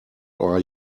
are